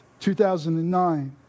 2009